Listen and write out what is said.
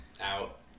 out